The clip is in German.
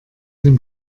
dem